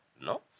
no